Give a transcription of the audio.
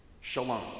Shalom